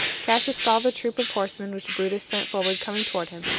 cassius saw the troop of horsemen which brutus sent forward coming toward him,